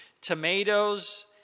Tomatoes